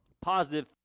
positive